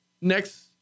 next